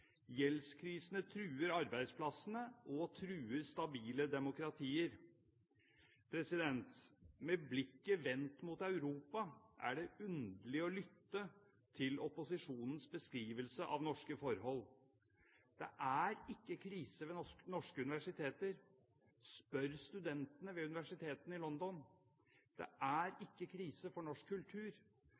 Gjeldskrisene truer arbeidsplassene, og de truer stabile demokratier. Med blikket vendt mot Europa er det underlig å lytte til opposisjonens beskrivelse av norske forhold. Det er ikke krise ved norske universiteter – spør studentene ved universitetene i London. Det er ikke krise for norsk kultur